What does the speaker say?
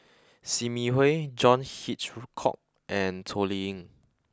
Sim Yi Hui John Hitchcock and Toh Liying